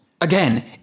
Again